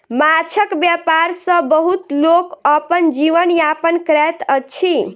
माँछक व्यापार सॅ बहुत लोक अपन जीवन यापन करैत अछि